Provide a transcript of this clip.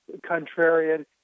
contrarian